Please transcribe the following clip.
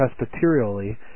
presbyterially